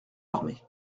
armée